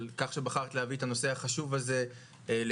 על כך שבחרת להביא את הנושא החשוב הזה לשיחה,